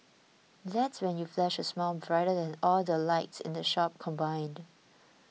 that's when you flash a smile brighter than all the lights in the shop combined